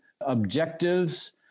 objectives